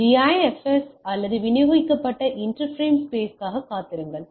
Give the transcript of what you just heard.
DIFS அல்லது விநியோகிக்கப்பட்ட interframe ஸ்பேஸுக்காக காத்திருங்கள்